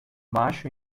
macho